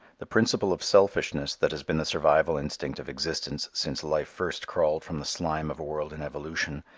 the principle of selfishness that has been the survival instinct of existence since life first crawled from the slime of a world in evolution,